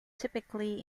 typically